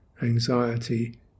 anxiety